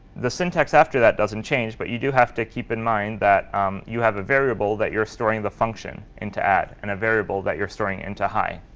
the syntax after that doesn't change, but you do have to keep in mind that you have a variable that you're storing the function into add, and a variable that you're storing into high.